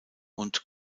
und